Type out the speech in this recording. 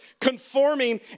conforming